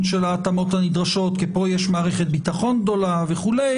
של ההתאמות הנדרשות כי פה יש מערכת ביטחון גדולה וכולי,